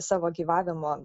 savo gyvavimo